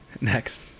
next